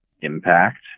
impact